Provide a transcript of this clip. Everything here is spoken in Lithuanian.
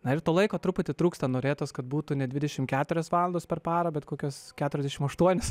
na ir to laiko truputį trūksta norėtųs kad būtų ne dvidešimt keturios valandos per parą bet kokios keturiasdešimt aštuonios